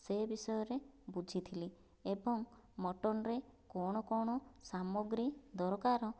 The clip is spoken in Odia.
ସେ ବିଷୟରେ ବୁଝିଥିଲି ଏବଂ ମଟନରେ କଣ କଣ ସାମଗ୍ରୀ ଦରକାର